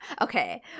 Okay